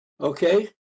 Okay